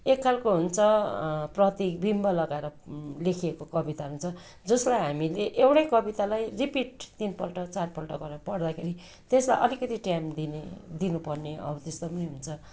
एक खालको हुन्छ प्रतीक विम्ब लगाएर लेखिएको कविता हुन्छ जसलाई हामीले एउटै कवितालाई रिपिट तिनपल्ट चारपल्ट गरेर पढ्दाखेरि त्यसमा अलिकति टाइम दिने दिनुपर्ने अब त्यस्तो पनि हुन्छ